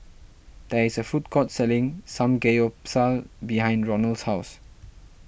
there is a food court selling Samgeyopsal behind Ronald's house